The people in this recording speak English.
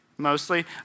Mostly